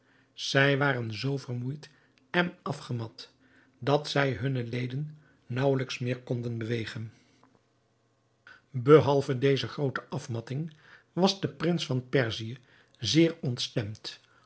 zij waren zoo vermoeid en afgemat dat zij hunne leden naauwelijks meer konden bewegen behalve deze groote afmatting was de prins van perzië zeer ontstemd